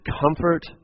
comfort